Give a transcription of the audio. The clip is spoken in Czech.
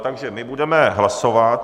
Takže budeme hlasovat.